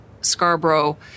Scarborough